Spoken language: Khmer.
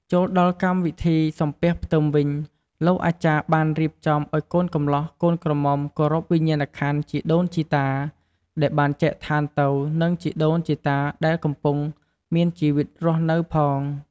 ចូលដល់កម្មវិធីសំពះផ្ទឹមវិញលោកអាចារ្យបានរៀបចំឱ្យកូនកម្លោះកូនក្រមុំគោរពវិញ្ញាណខន្ធដីដូនជីតាដែលបានចែកឋានទៅ និងជីដូនជីតាដែលកំពុងមានជីវិតរស់នៅផង។